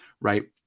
Right